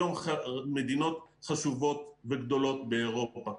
היום מדינות חשובות וגדולות באירופה,